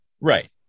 Right